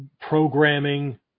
programming